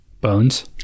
bones